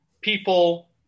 people